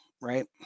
right